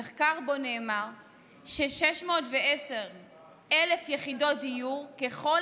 מחקר שבו נאמר ש-610,000 יחידות דיור ככל